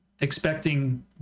expecting